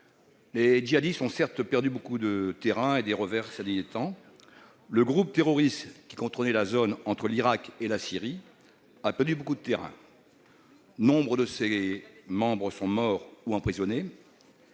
Les djihadistes ont certes beaucoup reculé et subi, ces derniers temps, des revers. Le groupe terroriste qui contrôlait la zone entre l'Irak et la Syrie a perdu beaucoup de terrain. Nombre de ses membres sont morts ou emprisonnés.